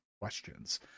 questions